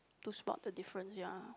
to spot the difference ya